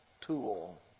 tool